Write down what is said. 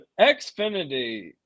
xfinity